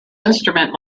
instrument